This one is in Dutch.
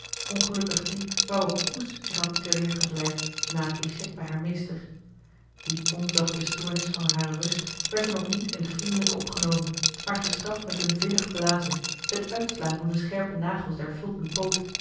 ongelukkig die waarop poes zich had terneergevleid na het échec bij haar meester die onzachte stoornis van hare rust werd dan ook niet in het vriendelijke opgenomen maar gestraft met een vinnig blazen het uitslaan van de scherpe nagels der fulpen poot